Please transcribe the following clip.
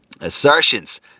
assertions